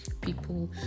people